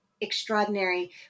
extraordinary